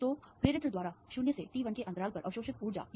तो प्रेरित्र द्वारा 0 से t1 के अंतराल पर अवशोषित ऊर्जा यह